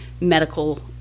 medical